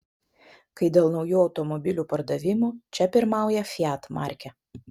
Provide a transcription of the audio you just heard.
kai dėl naujų automobilių pardavimų čia pirmauja fiat markė